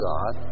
God